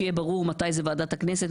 שיהיה ברור מתי זה ועדת הכנסת,